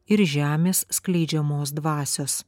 ir žemės skleidžiamos dvasios